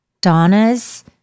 Donna's